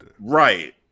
right